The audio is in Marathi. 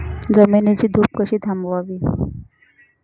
जमिनीची धूप कशी थांबवावी?